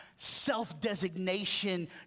self-designation